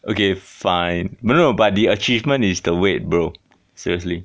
okay fine 闷热 but the achievement is the weight bro seriously